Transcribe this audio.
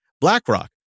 BlackRock